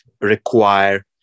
require